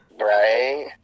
Right